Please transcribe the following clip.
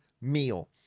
meal